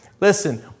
Listen